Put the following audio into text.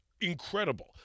incredible